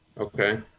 Okay